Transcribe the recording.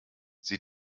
sie